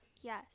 Yes